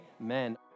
amen